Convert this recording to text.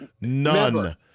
None